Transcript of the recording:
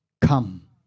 come